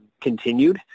continued